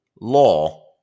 law